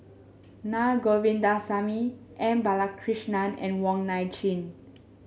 Naa Govindasamy M Balakrishnan and Wong Nai Chin